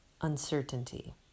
uncertainty